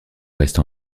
reste